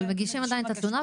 אבל מגישים עדיין את התלונה,